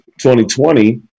2020